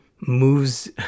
moves